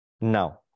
Now